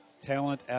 talent